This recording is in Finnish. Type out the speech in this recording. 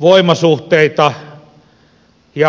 voimasuhteita ja hallitusrakenteita